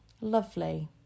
lovely